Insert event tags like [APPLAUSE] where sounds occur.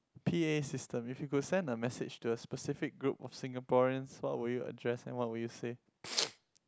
p_a system if you could send a message to a specific group of Singaporeans what will you address and what will you say [NOISE]